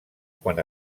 quan